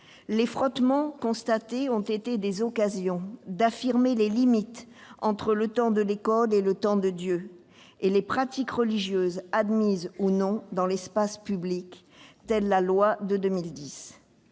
Les « frottements » constatés ont été des occasions d'affirmer les limites entre « le temps de l'école et le temps de Dieu » et les pratiques religieuses admises ou non dans l'espace public, à l'image de la loi de 2010.